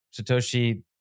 Satoshi